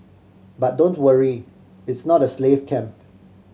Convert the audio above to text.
but don't worry its not a slave camp